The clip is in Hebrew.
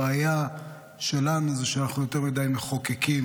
הבעיה שלנו זה שאנחנו יותר מדי מחוקקים,